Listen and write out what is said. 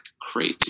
crazy